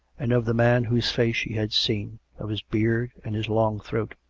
and of the man whose face she had seen, of his beard and his long throat.